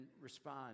respond